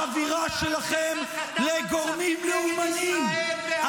בחבירה שלכם לגורמים לאומניים,